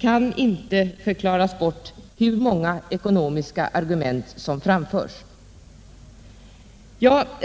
kan inte förklaras bort, hur många ekonomiska argument som än framföres.